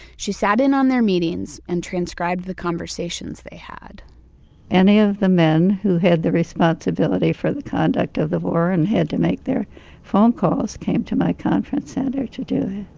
she sat in on their meetings and transcribed the conversations they had any of the men who had the responsibility for the conduct of the war and had to make their phone calls, came to my conference center to do